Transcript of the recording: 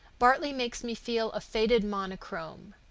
bartley makes me feel a faded monochrome.